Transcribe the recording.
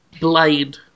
blade